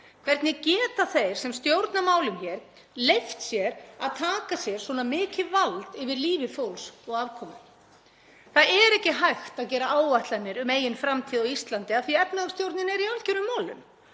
Hvernig geta þeir sem stjórna málum hér leyft sér að taka sér svona mikið vald yfir lífi fólks og afkomu? Það er ekki hægt að gera áætlanir um eigin framtíð á Íslandi af því að efnahagsstjórnin er í algjörum molum.